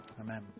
Amen